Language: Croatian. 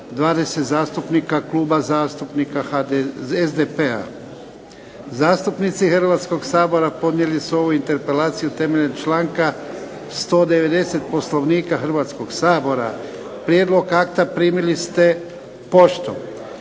20 zastupnika Kluba zastupnika SDP-a. Zastupnici Hrvatskoga sabora podnijeli su ovu interpelaciju temeljem članka 190. Poslovnika Hrvatskoga sabora. Prijedlog akta primili ste poštom.